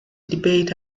debate